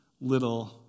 little